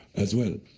as well.